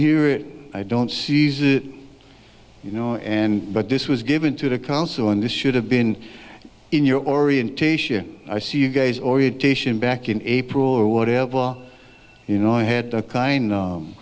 it i don't see you know and but this was given to the council and this should have been in your orientation i see you gave orientation back in april or whatever you know i had a kind